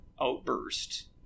outburst